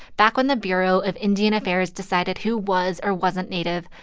back when the bureau of indian affairs decided who was or wasn't native,